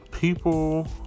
people